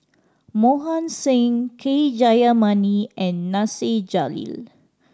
Mohan Singh K Jayamani and Nasir Jalil